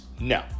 No